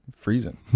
Freezing